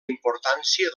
importància